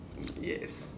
yes